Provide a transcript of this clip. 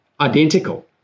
identical